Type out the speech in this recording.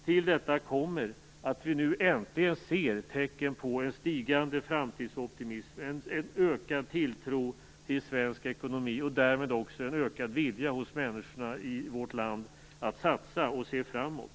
Till detta kommer att vi nu äntligen ser tecken på en stigande framtidsoptimism, en ökad tilltro till svensk ekonomi och därmed också en ökad vilja hos människorna i vårt land att satsa och se framåt.